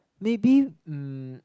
maybe um